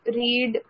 read